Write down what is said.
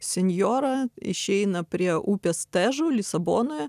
sinjora išeina prie upės težu lisabonoje